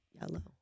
yellow